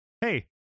Hey